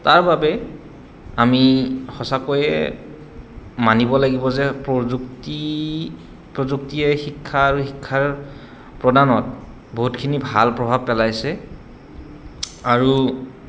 তাৰবাবে আমি সঁচাকৈয়ে মানিব লাগিব যে প্ৰযুক্তি প্ৰযুক্তিয়ে শিক্ষা আৰু শিক্ষাৰ প্ৰদানত বহুতখিনি ভাল প্ৰভাৱ পেলাইছে আৰু